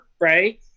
right